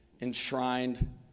enshrined